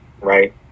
right